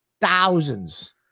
thousands